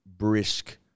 Brisk